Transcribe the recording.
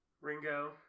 Ringo